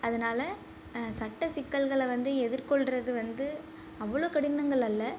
அதனால் சட்ட சிக்கல்களை வந்து எதிர்கொள்வது வந்து அவ்வளோ கடினங்கள் அல்ல